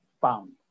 found